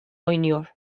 oynuyor